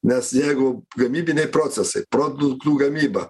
nes jeigu gamybiniai procesai produktų gamyba